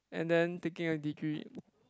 and then taking a degree